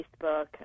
Facebook